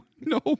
No